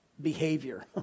behavior